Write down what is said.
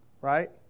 right